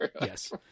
yes